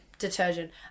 detergent